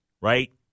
right